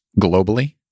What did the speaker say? globally